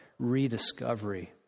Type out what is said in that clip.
rediscovery